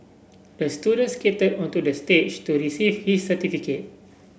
the student skated onto the stage to receive his certificate